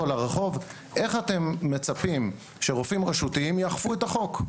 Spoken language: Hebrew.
לרחוב איך אתם מצפים שרופאים רשותיים יאכפו את החוק?